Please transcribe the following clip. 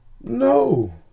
No